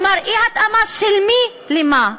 כלומר, אי-התאמה של מי למה?